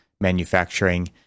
manufacturing